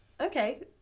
okay